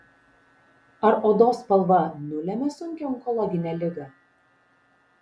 ar odos spalva nulemia sunkią onkologinę ligą